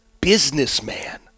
businessman